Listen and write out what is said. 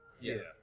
Yes